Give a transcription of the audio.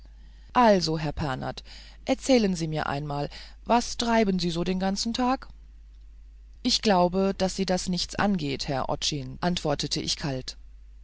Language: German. also herr pernath erzählen sie mir einmal was treiben sie so den ganzen tag ich glaube daß sie das nichts angeht herr otschin antwortete ich kalt